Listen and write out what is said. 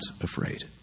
afraid